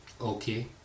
Okay